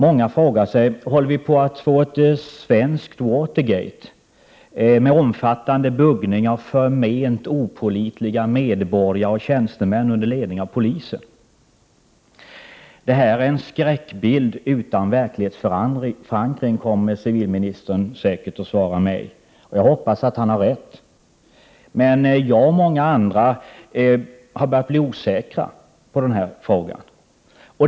Många frågar sig om vi håller på att få ett svenskt Watergate med omfattande buggning av förment opålitliga medborgare och tjänstemän under ledning av polisen. Detta är en skräckbild utan verklighetsförankring, kommer civilministern säkert att svara mig. Jag hoppas att han har rätt. Jag liksom många andra har emellertid börjat bli osäkra på den här frågan.